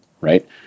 right